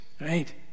Right